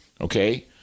okay